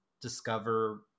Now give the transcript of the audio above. discover